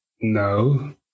No